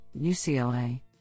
UCLA